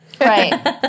Right